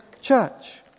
church